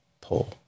pull